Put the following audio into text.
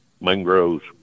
mangroves